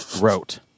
wrote